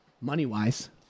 Money-wise